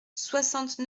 soixante